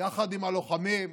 יחד עם הלוחמים,